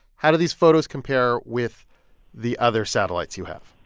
how do these photos compare with the other satellites you have?